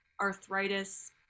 arthritis